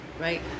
Right